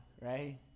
right